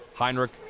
Heinrich